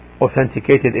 authenticated